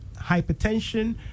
hypertension